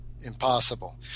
impossible